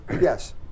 Yes